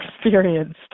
experienced